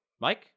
Mike